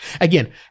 again